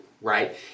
right